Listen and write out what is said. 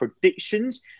predictions